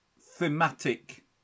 thematic